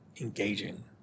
engaging